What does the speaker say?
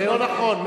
לא נכון.